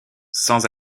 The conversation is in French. sans